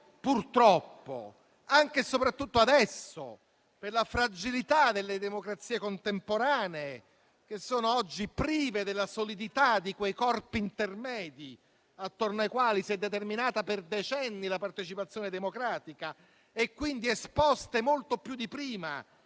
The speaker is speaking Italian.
purtroppo, anche e soprattutto adesso, a causa della fragilità delle democrazie contemporanee, che sono oggi prive della solidità di quei corpi intermedi attorno ai quali si è determinata per decenni la partecipazione democratica e sono quindi esposte molto più di prima